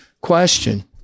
Question